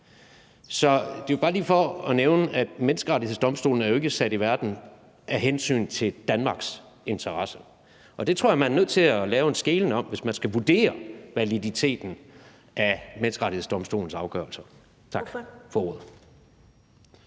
Så det var bare lige for at nævne, at Menneskerettighedsdomstolen jo ikke er sat i verden af hensyn til Danmarks interesse, og der tror jeg at man er nødt til foretage en skelnen, hvis man skal vurdere validiteten af Menneskerettighedsdomstolens afgørelser. Tak for ordet.